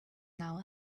now